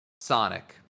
Sonic